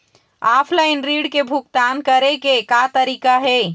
Offline ऋण के भुगतान करे के का तरीका हे?